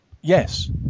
Yes